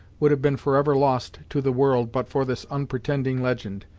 would have been forever lost to the world but for this unpretending legend,